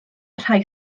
rhai